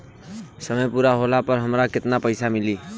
समय पूरा होला पर हमरा केतना पइसा मिली?